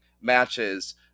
matches